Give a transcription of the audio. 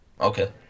Okay